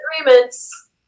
agreements